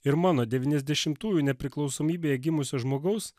ir mano devyniasdešimųjų nepriklausomybėje gimusio žmogaus